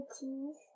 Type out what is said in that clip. cheese